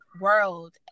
world